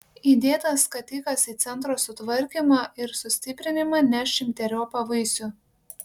įdėtas skatikas į centro sutvarkymą ir sustiprinimą neš šimteriopą vaisių